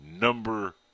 Number